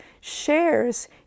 shares